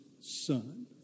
son